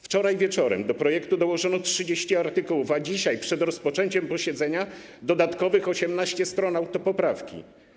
Wczoraj wieczorem do projektu dołożono 30 artykułów, a dzisiaj, przed rozpoczęciem posiedzenia - dodatkowo 18 stron autopoprawki.